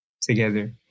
together